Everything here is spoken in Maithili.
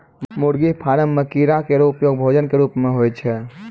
मुर्गी फार्म म कीड़ा केरो प्रयोग भोजन क रूप म होय छै